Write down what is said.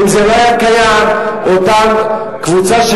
ואם זה לא היה קיים אותה קבוצה של